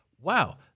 wow